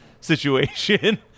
situation